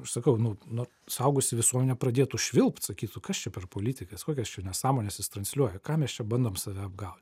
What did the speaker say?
aš sakau nu na suaugusi visuomenė pradėtų švilpt sakytų kas čia per politikas kokias čia nesąmones jis transliuoja ką mes čia bandom save apgaut